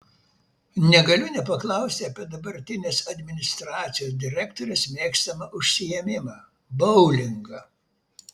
negaliu nepaklausti apie dabartinės administracijos direktorės mėgstamą užsiėmimą boulingą